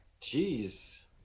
Jeez